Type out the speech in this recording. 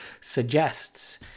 suggests